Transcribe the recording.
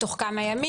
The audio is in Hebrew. תוך כמה ימים,